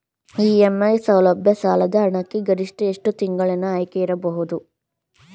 EMI ಸೌಲಭ್ಯ ಸಾಲದ ಹಣಕ್ಕೆ ಗರಿಷ್ಠ ಎಷ್ಟು ತಿಂಗಳಿನ ಆಯ್ಕೆ ಇರುತ್ತದೆ?